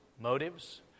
motives